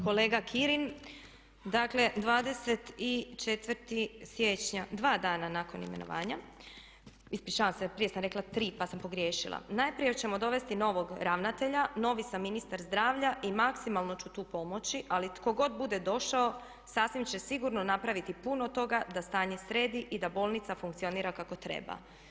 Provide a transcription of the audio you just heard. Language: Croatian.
Kolega Kirin dakle 24. siječnja, dva dana nakon imenovanja, ispričavam se prije sam rekla tri pa sam pogriješila, najprije ćemo dovesti novog ravnatelja, novi sam ministar zdravlja i maksimalno ću tu pomoći ali tko god bude došao sasvim će sigurno napraviti puno toga da stanje sredi i da bolnica funkcionira kako treba.